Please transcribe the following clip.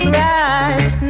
right